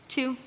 Two